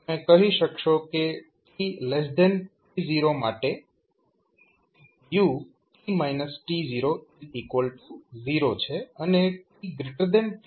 તમે કહી શકશો કે tt0 માટે u0 છે અને tt0 માટે u1 છે